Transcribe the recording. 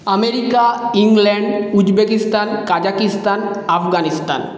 America England Uzbekistan Kazakhstan Afghanistan